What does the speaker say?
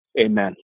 Amen